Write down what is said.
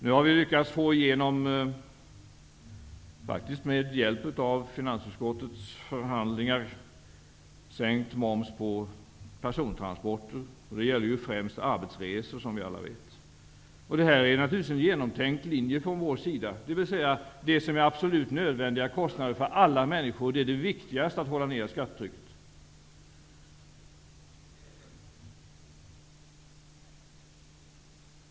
Nu har vi lyckats få igenom, faktiskt med hjälp av finansutskottets förhandlingar, sänkt moms på persontransporter. Det gäller främst arbetsresor. Det här är naturligtvis en genomtänkt linje från vår sida. Det är viktigast att hålla nere skattetrycket på sådana kostnader som är absolut nödvändiga för alla människor.